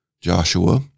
joshua